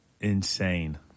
insane